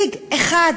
תקבלי עוד דקה.